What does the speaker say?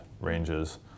ranges